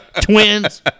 Twins